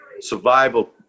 Survival